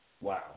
Wow